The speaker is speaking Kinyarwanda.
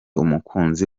umukunzi